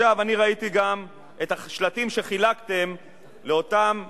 אני ראיתי גם את השלטים שחילקתם לאותם אנשים,